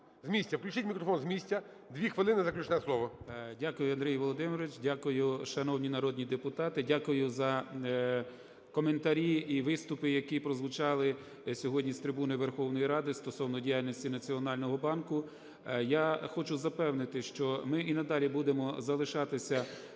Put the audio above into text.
Включіть мікрофон з місця, 2 хвилини заключне слово. 18:01:27 СМОЛІЙ Я.В. Дякую, Андрій Володимирович. Дякую, шановні народні депутати. Дякую за коментарі і виступи, які прозвучали сьогодні з трибуни Верховної Ради стосовно діяльності Національного банку. Я хочу запевнити, що ми і надалі будемо залишатися